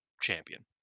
champion